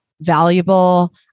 valuable